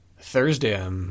Thursday